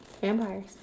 Vampires